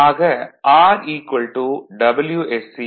ஆக R WscIsc2